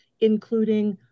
including